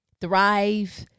thrive